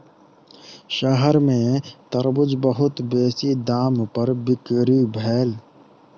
शहर में तरबूज बहुत बेसी दाम पर बिक्री भेल